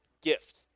gift